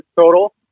total